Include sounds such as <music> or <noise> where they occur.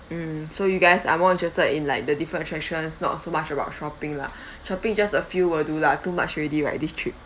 mm so you guys are more interested in like the different attractions not so much about shopping lah <breath> shopping just a few will do lah too much already right this trip